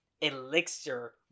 elixir